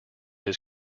his